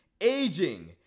aging